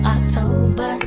October